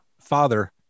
father